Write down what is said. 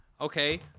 okay